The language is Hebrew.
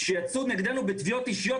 שיצאו נגדנו בתביעות אישיות,